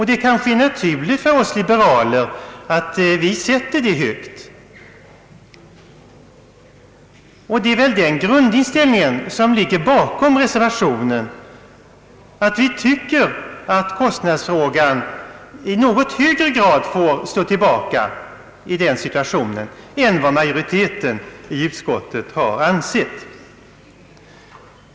Det är kanske naturligt för oss liberaler att vi sätter den personliga integriteten högt. Det är väl den grundinställningen som ligger bakom reservationen — att vi tycker att kostnadsfrågan i något högre grad får stå tillbaka i den situationen än vad majoriteten i utskottet har ansett.